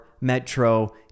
Metro